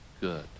good